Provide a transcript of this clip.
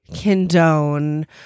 condone